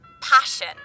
passion